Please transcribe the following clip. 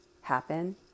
happen